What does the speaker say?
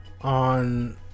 on